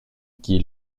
qui